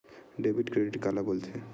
Debit credit काला बोल थे?